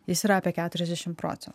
jis yra apie keturiasdešim procentų